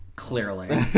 Clearly